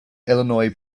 illinois